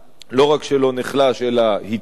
לא רק שלא נחלש, אלא התעצם,